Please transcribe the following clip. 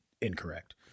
incorrect